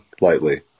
lightly